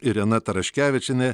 irena taraškevičienė